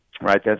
right